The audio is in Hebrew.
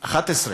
11,